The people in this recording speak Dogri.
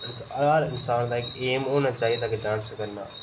ते हर इन्सान दा इक्क एम होना चाहिदा कि डांस करना